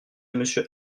monsieur